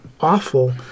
awful